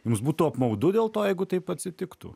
jums būtų apmaudu dėl to jeigu taip atsitiktų